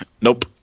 Nope